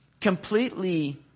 completely